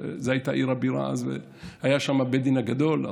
זו הייתה עיר הבירה אז והיה שם בית הדין הגדול,